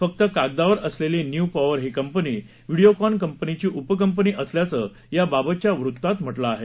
फक्त कागदावर असलेली न्यू पॉवर ही कंपनी व्हिडीओकॉन कंपनीची उपकंपनी असल्याचं याबाबतच्या वृत्तात म्हा कें आहे